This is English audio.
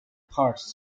parts